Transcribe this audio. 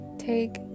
Take